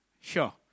sure